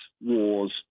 wars